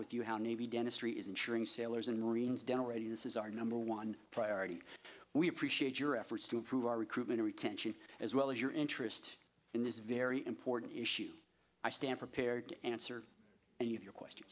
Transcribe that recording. with you how navy dentistry is insuring sailors and marines dental readiness is our number one priority we appreciate your efforts to improve our recruitment retention as well as interest in this very important issue i stand prepared to answer your question